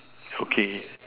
okay